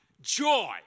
Joy